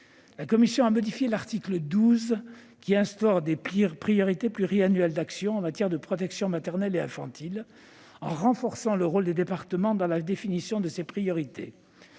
La commission a modifié l'article 12, qui instaure des priorités pluriannuelles d'action en matière de protection maternelle et infantile en renforçant le rôle des départements dans la définition de ces priorités.